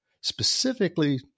specifically